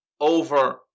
over